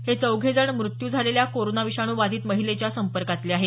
हे चौघे जण मृत्यू झालेल्या कोरोना विषाणू बाधित महिलेच्या संपर्कातले आहेत